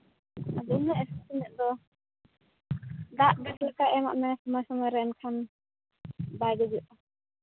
ᱟᱫᱚ ᱩᱱᱟᱹᱜ ᱮ ᱥᱮᱛᱳᱝ ᱮᱜ ᱫᱚ ᱫᱟᱜ ᱜᱮ ᱥᱚᱠᱛᱟᱧ ᱮᱢᱟᱜ ᱢᱮ ᱱᱚᱣᱟ ᱥᱚᱢᱚᱭ ᱨᱮ ᱮᱱᱠᱷᱟᱱ ᱵᱟᱭ ᱜᱩᱡᱩᱜᱼᱟ